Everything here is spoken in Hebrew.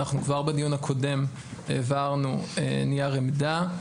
כבר בדיון הקודם העברנו נייר עמדה,